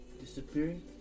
disappearing